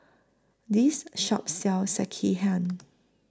This Shop sells Sekihan